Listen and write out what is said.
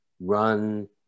run